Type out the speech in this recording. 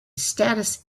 status